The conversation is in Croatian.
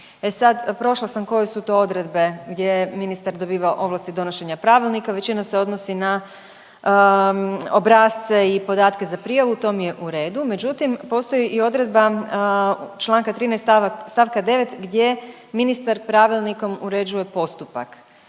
E sad, prošla sam koje su to odredbe gdje je ministar dobivao ovlasti donošenja pravilnika, većina se odnosi na obrasce i podatke za prijavu, to mi je u redu, međutim, postoji i odredba čl. 13 st. 9 gdje ministar pravilnikom uređuje postupak.